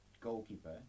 goalkeeper